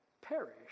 Perish